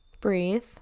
breathe